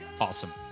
Awesome